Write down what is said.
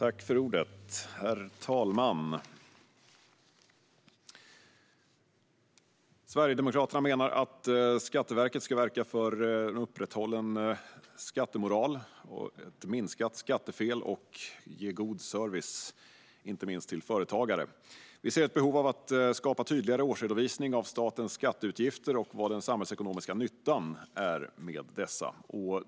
Herr talman! Sverigedemokraterna menar att Skatteverket ska verka för ett upprätthållande av skattemoral, minskade skattefel och god service till inte minst företagare. Vi ser ett behov av att skapa en tydligare årsredovisning av statens skatteutgifter och vad den samhällsekonomiska nyttan är med dessa.